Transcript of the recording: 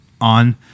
on